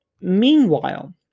Meanwhile